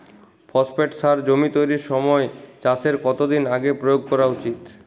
Phosphate সার জমি তৈরির সময় চাষের কত দিন আগে প্রয়োগ করা উচিৎ?